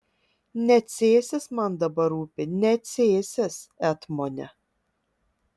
ne cėsis man dabar rūpi ne cėsis etmone